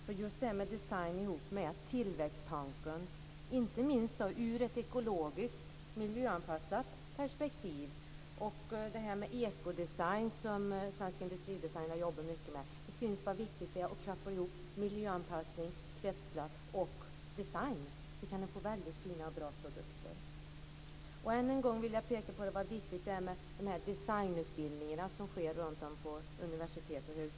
När det gäller just design ihop med tillväxttanken, inte minst i ett ekologiskt miljöanpassat perspektiv, och det här med ekodesign som Svensk Industridesign har jobbat mycket med märks det hur viktigt det är att koppla ihop miljöanpassning, kretslopp och design. Det kan därmed bli väldigt fina och bra produkter. Ännu en gång vill jag peka på hur viktigt det är med de designutbildningar som sker runtom i landet på universitet och högskolor.